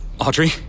Audrey